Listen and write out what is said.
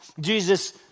Jesus